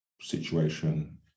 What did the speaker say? situation